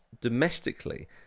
domestically